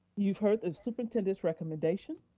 you've heard the superintendent's recommendation,